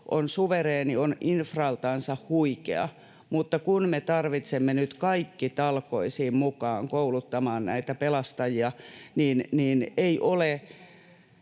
on suvereeni, on infraltansa huikea, mutta kun me tarvitsemme nyt kaikki talkoisiin mukaan kouluttamaan näitä pelastajia, niin ei ole